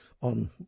on